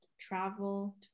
travel